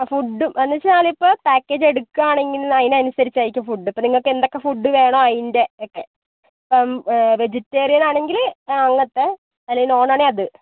ഫുഡും എന്ന് വെച്ചാലിപ്പം പാക്കേജ് എടുക്കാണെങ്കിൽ അതിന് അനുസരിച്ചായിരിക്കും ഫുഡ് ഇപ്പം നിങ്ങൾക്ക് എന്തൊക്കെ ഫുഡ് വേണം അതിൻ്റെ ഒക്കെ ഇപ്പം വെജിറ്റേറിയൻ ആണെങ്കിൽ അങ്ങനത്തെ അല്ലേ നോൺ ആണേ അത്